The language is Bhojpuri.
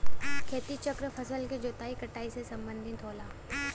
खेती चक्र फसल के जोताई कटाई से सम्बंधित होला